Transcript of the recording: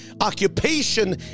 Occupation